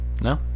No